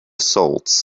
souls